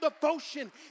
devotion